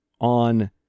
on